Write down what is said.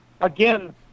Again